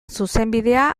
zuzenbidea